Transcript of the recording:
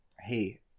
hey